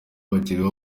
bakegerezwa